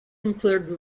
include